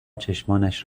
چشمانش